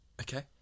Okay